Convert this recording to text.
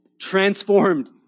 transformed